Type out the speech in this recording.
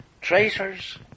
traitors